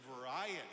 variety